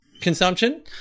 consumption